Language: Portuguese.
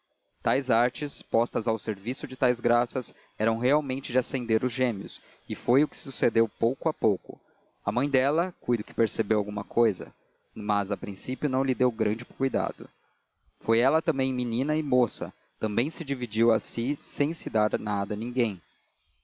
tais artes postas ao serviço de tais graças eram realmente de acender os gêmeos e foi o que sucedeu pouco a pouco a mãe dela cuido que percebeu alguma cousa mas a princípio não lhe deu grande cuidado também ela foi menina e moça também se dividiu a si sem se dar nada a ninguém